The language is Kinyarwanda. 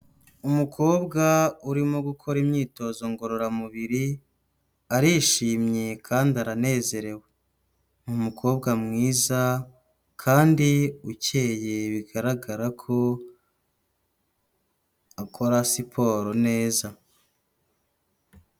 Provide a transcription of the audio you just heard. Umukobwa urimo gukora imyitozo ngororamubiri arishimye kandi aranezerewe, ni umukobwa mwiza kandi ukeye bigaragara ko akora siporo neza.